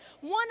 One